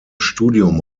studium